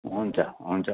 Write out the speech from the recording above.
हुन्छ हुन्छ